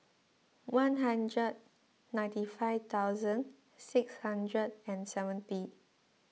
one hundred ninety five thousand six hundred and seventy